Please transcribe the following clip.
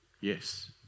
Yes